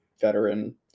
veteran